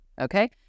okay